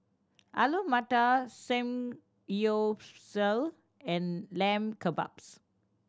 Alu Matar Samgyeopsal and Lamb Kebabs